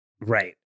Right